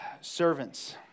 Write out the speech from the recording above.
Servants